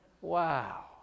Wow